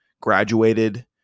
graduated